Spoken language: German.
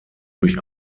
durch